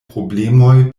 problemoj